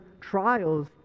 trials